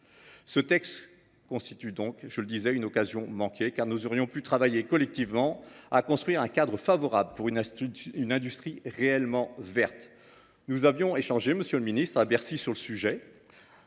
Ce texte constitue donc, je le disais, une occasion manquée, car nous aurions pu travailler collectivement à construire un cadre favorable à une industrie réellement verte. Nous avions échangé à Bercy, monsieur